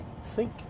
sink